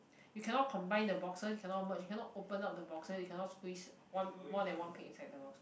you cannot combine the boxes you cannot merge you cannot open up the boxes you cannot squeeze one more than one pic inside the boxes